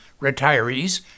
retirees